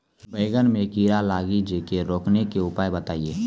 बैंगन मे कीड़ा लागि जैसे रोकने के उपाय बताइए?